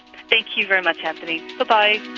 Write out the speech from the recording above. thank you very much antony, bye